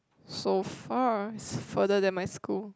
so far further than my school